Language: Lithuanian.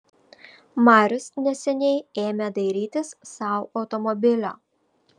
marius neseniai ėmė dairytis sau automobilio